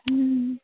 ହୁଁ